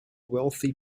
wealthy